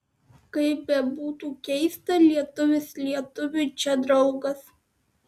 kaip bebūtų keista lietuvis lietuviui čia draugas